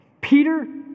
Peter